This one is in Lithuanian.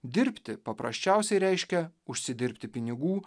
dirbti paprasčiausiai reiškia užsidirbti pinigų